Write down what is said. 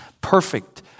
perfect